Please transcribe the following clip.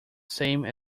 same